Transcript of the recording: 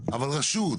אבל רשות,